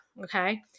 okay